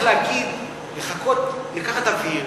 הדבר היחיד שצריך לעשות זה לחכות, לקחת אוויר